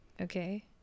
okay